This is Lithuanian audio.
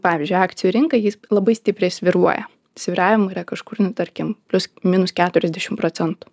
pavyzdžiui akcijų rinka jis labai stipriai svyruoja svyravimų yra kažkur nu tarkim plius minus keturiasdešim procentų